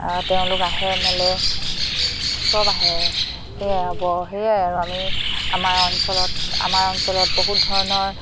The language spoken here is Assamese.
তেওঁলোক আহে মেলে চব আহে সেয়াই হ'ব সেয়াই আৰু আমি আমাৰ অঞ্চলত আমাৰ অঞ্চলত বহুত ধৰণৰ